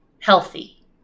healthy